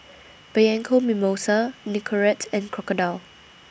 Bianco Mimosa Nicorette and Crocodile